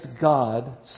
God